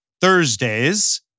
Thursdays